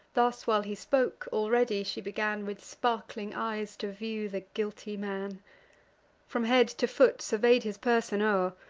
thus while he spoke, already she began, with sparkling eyes, to view the guilty man from head to foot survey'd his person o'er,